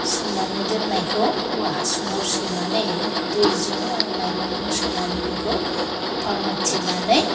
सोमनानै दोननायखौ औवा हासुङाव सोनानै दैजों आरो माइरंखौ सोनानै बेखौ हपा मुथेनानै